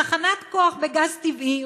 תחנת כוח בגז טבעי,